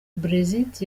brexit